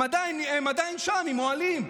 הם עדיין שם עם אוהלים.